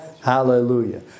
Hallelujah